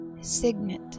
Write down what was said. signet